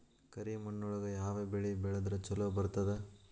ಕರಿಮಣ್ಣೊಳಗ ಯಾವ ಬೆಳಿ ಬೆಳದ್ರ ಛಲೋ ಬರ್ತದ?